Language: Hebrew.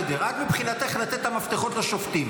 על כל השדרות שלו בשירות הציבורי,